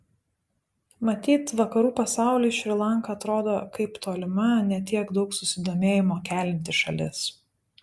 matyt vakarų pasauliui šri lanka atrodo kaip tolima ne tiek daug susidomėjimo kelianti šalis